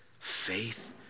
Faith